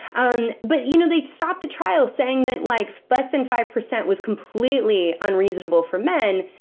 and but you know they stopped the trial, saying that like less than five percent was completely unreasonable for men,